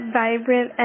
vibrant